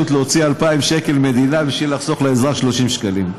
להוציא 2,000 שקל מדידה בשביל לחסוך לאזרח 30 שקלים.